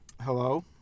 Hello